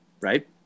Right